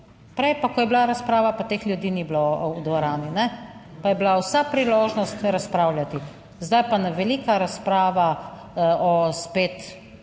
Prej pa, ko je bila razprava, pa teh ljudi ni bilo v dvorani, ne, pa je bila vsa priložnost razpravljati, zdaj je pa velika razprava o spet